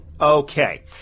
okay